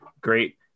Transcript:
Great